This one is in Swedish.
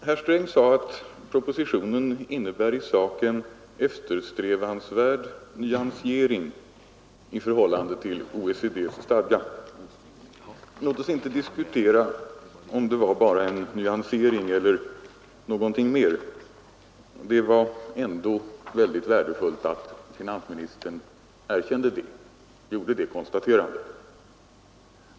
Herr talman! Herr Sträng sade att propositionen i sak innebär en eftersträvansvärd nyansering i förhållande till OECD:s kapitalliberaliseringsstadga. Låt oss inte diskutera om det var bara en nyansering eller något mer. Det var ändå mycket värdefullt att finansministern gjorde detta konstaterande.